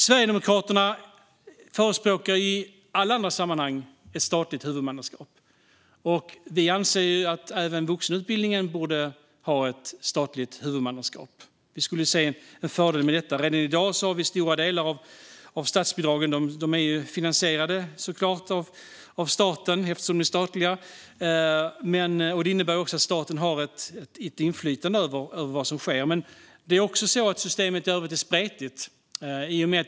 Sverigedemokraterna förespråkar i alla andra sammanhang ett statligt huvudmannaskap. Vi anser att även vuxenutbildningen borde ha ett statligt huvudmannaskap. Vi skulle se en fördel med detta. Redan i dag finansieras en stor del med statliga bidrag. Det innebär också att staten har ett inflytande över vad som sker. Men systemet är ganska spretigt.